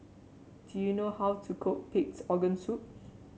do you know how to cook Pig's Organ Soup